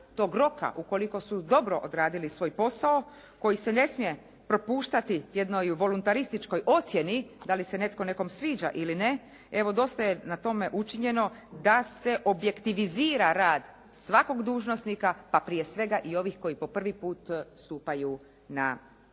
tog roka ukoliko su dobro odradili svoj posao koji se ne smije propuštati jednoj voluntarističkoj ocjeni da li se netko nekome sviđa ili ne, evo dosta je na tome učinjeno da se objektivizira rad svakog dužnosnika, pa prije svega i ovih koji po prvi put stupaju na dužnost.